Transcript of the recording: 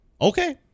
Okay